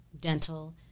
dental